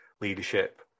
leadership